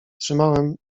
trzymałem